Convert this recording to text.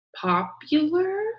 popular